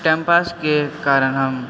टाइमपासके कारण हम